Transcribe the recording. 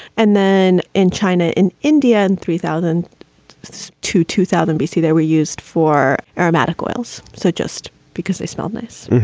and then in china, in india and three thousand to two thousand b c, they were used for aromatic oils. so just because they smell nice.